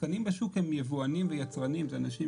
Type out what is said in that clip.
השחקנים בשוק הם יבואנים ויצרנים, אלה אנשים